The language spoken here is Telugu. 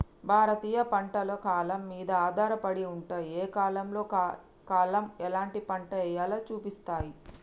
భారతీయ పంటలు కాలం మీద ఆధారపడి ఉంటాయి, ఏ కాలంలో కాలం ఎలాంటి పంట ఎయ్యాలో సూపిస్తాయి